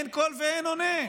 אין קול ואין עונה.